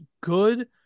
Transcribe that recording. good